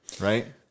right